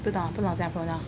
不懂不懂怎样 pronounce